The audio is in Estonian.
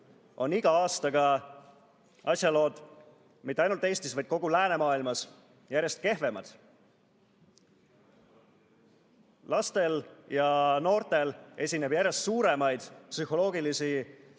iga aastaga asjalood mitte ainult Eestis, vaid kogu läänemaailmas järjest kehvemad. Lastel ja noortel esineb järjest suuremaid psühholoogilisi